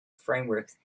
frameworks